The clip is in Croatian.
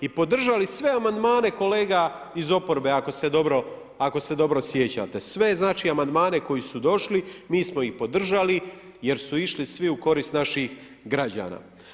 I podržali sve amandmane, kolega iz oporbe ako se dobro sjećate, sve znači amandmane koji su došli, mi smo ih podržali jer su išli svi u korist naših građana.